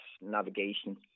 navigation